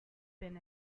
been